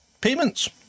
payments